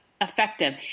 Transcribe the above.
effective